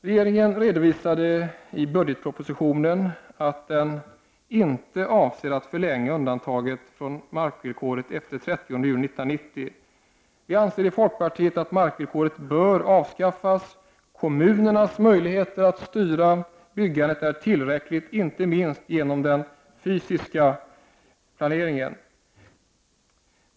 Regeringen redovisade i budgetpropositionen att den inte avser att förlänga undantagen från markvillkoret efter den 30 juni 1990. Vi anser i folkpartiet att markvillkoret bör avskaffas. Kommunernas möjligheter att styra byggandet är tillräckliga, inte minst genom den fysiska planeringen.